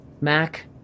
Mac